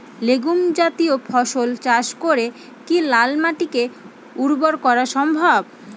Legume জাতীয় ফসল চাষ করে কি লাল মাটিকে উর্বর করা সম্ভব?